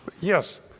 Yes